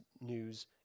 News